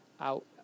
out